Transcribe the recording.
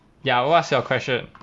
ya what's your question